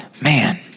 man